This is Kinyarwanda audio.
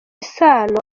isano